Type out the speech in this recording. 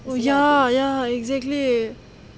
oh ya ya exactly